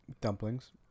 dumplings